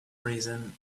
reason